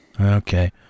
Okay